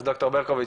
אז ד"ר ברקוביץ',